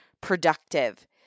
productive